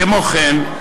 כמו כן,